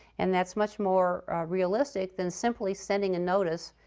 and that's much more realistic than simply sending a notice